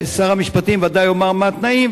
שר המשפטים בוודאי יאמר מה התנאים,